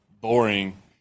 BORING